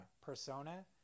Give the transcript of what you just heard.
persona